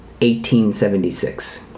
1876